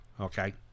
Okay